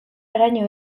haraino